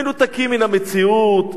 מנותקים מן המציאות,